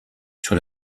sur